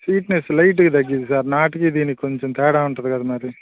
sweetness లైట్గా తగ్గుతుంది sir నాటువి దీనికి కొంచెం తేడా ఉంటుంది కదా మరి